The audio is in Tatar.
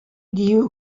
дию